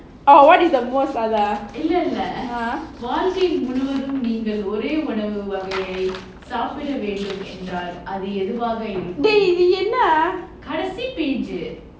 what is the most இல்ல:illa leh (uh huh) வாழ்க்கை முழுவதும் நீங்கள் ஒரே உணவு வகையை நீ சாப்பிட வேண்டுமென்றால் அது எதுவாக இருக்கும் ஏன் இது என்ன கடைசி பேச்சு:valzhkai muzhuvathum neengal ore unavu vagayai nee saapdida vendumenraal adhu edhuvaaga irukkum yen idhu enna kadaisi pechu